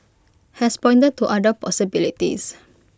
has pointed to other possibilities